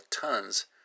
tons